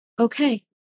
okay